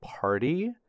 party